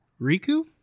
Riku